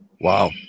Wow